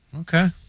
Okay